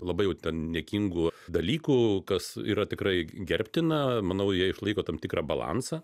labai niekingų dalykų kas yra tikrai gerbtina manau jie išlaiko tam tikrą balansą